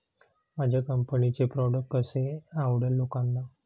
माझ्या कंपनीचे प्रॉडक्ट कसे आवडेल लोकांना?